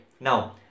Now